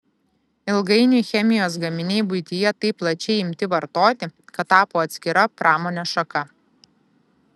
ilgainiui chemijos gaminiai buityje taip plačiai imti vartoti kad tapo atskira pramonės šaka